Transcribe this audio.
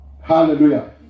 Hallelujah